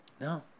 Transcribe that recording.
No